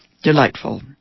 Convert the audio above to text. Delightful